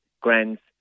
grants